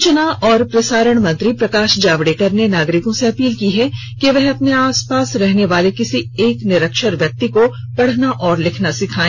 सूचना और प्रसारण मंत्री प्रकाश जावड़ेकर ने नागरिकों से अपील की है कि वह अपने आस पास रहने वाले किसी एक निरक्षर व्यक्ति को पढ़ना और लिखना सिखाए